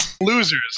losers